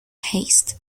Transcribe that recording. haste